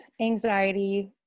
anxiety